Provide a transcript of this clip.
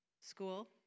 School